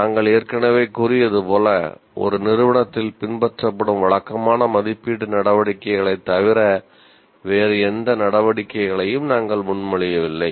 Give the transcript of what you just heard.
நாங்கள் ஏற்கனவே கூறியது போல ஒரு நிறுவனத்தில் பின்பற்றப்படும் வழக்கமான மதிப்பீட்டு நடவடிக்கைகளைத் தவிர வேறு எந்த நடவடிக்கைகளையும் நாங்கள் முன்மொழியவில்லை